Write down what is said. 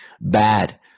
bad